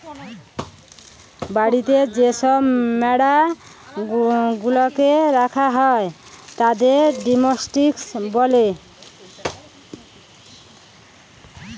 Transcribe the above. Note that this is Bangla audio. বাড়িতে যে সব ভেড়া গুলাকে রাখা হয় তাদের ডোমেস্টিক বলে